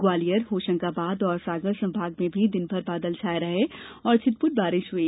ग्वालियर होशंगाबाद और सागर संभाग में भी दिनभर बादल छाये रहे और छट पूट बारिश हुई